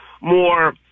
more